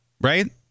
Right